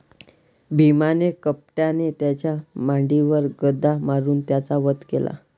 भीमाने कपटाने त्याच्या मांडीवर गदा मारून त्याचा वध केला